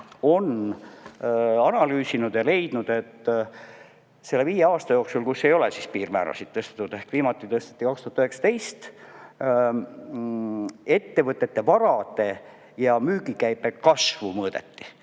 on analüüsinud ja leidnud, et selle viie aasta jooksul, kus ei ole piirmäärasid tõstetud, viimati tõsteti 2019, ettevõtete varade ja müügikäibe kasvu mõõdeti